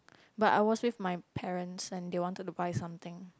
but I was with my parents and they wanted to buy something